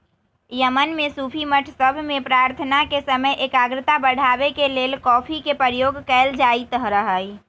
Yemen में सूफी मठ सभ में प्रार्थना के समय एकाग्रता बढ़ाबे के लेल कॉफी के प्रयोग कएल जाइत रहै